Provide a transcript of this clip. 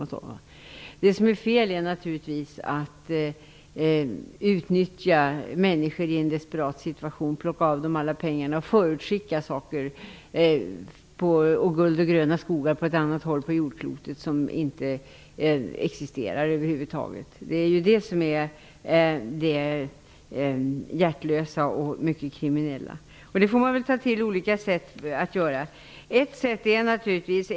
Det som är fel är naturligtvis att utnyttja människor i en desperat situation, plocka av dem alla pengarna och på ett annat håll på jordklotet förutskicka guld och gröna skogar, som över huvud taget inte existerar. Det är det som är det hjärtlösa och mycket kriminella, som man väl får ta till olika åtgärder för att motarbeta.